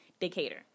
Decatur